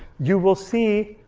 you will see,